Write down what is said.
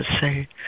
say